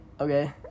Okay